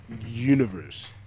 universe